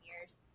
years